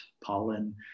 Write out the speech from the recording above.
pollen